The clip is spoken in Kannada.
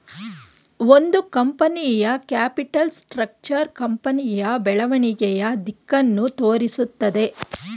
ಒಂದು ಕಂಪನಿಯ ಕ್ಯಾಪಿಟಲ್ ಸ್ಟ್ರಕ್ಚರ್ ಕಂಪನಿಯ ಬೆಳವಣಿಗೆಯ ದಿಕ್ಕನ್ನು ತೋರಿಸುತ್ತದೆ